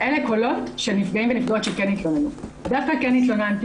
אלה קולות של נפגעים ונפגעות שכן התלוננו: "דווקא כן התלוננתי